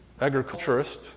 agriculturist